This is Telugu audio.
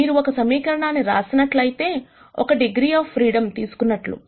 మీరు ఒక సమీకరణాన్ని రాసినట్లైతే ఒక డిగ్రీ ఆఫ్ ఫ్రీడం తీసుకున్నట్లు